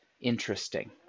interesting